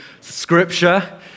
Scripture